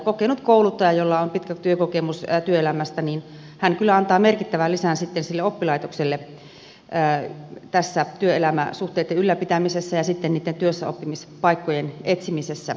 kokenut kouluttaja jolla on pitkä työkokemus työelämästä kyllä antaa merkittävän lisän sitten sille oppilaitokselle tässä työelämäsuhteitten ylläpitämisessä ja sitten niitten työssäoppimispaikkojen etsimisessä